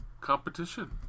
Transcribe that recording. competition